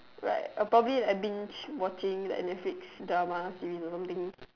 right I'll probably like binge watching netflix drama series or something